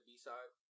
B-side